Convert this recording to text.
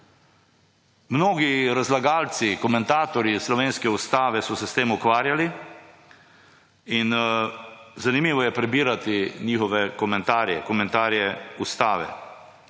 Mnogi razlagalci, komentatorji slovenske ustave so se s tem ukvarjali in zanimivo je prebirati njihove komentarje,